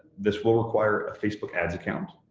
this will require a facebook ads account,